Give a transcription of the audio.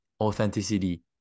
authenticity